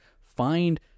Find